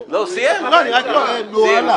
נו.